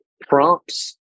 prompts